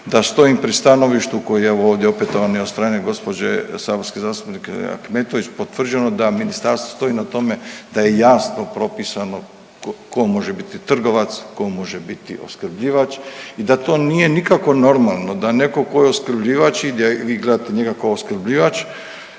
da stojim pri stanovištvu koje, evo, ovdje opetovano i od strane gđe. saborske zastupnice Ahmetović potvrđeno, da Ministarstvo stoji na tome da je jasno propisano tko može biti trgovac, tko može biti opskrbljivač i da to nije nikakvo normalno, da netko tko je opskrbljivač i gdje vi gledate njega kao opskrbljivač